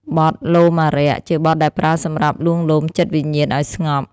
បទលោមអារក្ស ជាបទដែលប្រើសម្រាប់លួងលោមចិត្តវិញ្ញាណឱ្យស្ងប់។